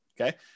Okay